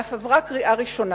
ואף עברה בקריאה ראשונה,